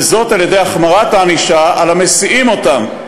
וזאת על-ידי החמרת הענישה על המסיעים אותם,